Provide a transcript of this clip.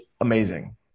amazing